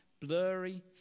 blurry